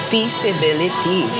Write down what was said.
Feasibility